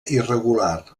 irregular